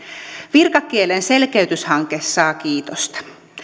virkakielen selkeytyshanke saa kiitosta